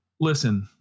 Listen